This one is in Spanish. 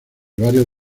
varios